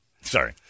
Sorry